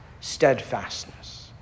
steadfastness